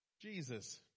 Jesus